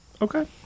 Okay